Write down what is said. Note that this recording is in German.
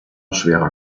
schwerer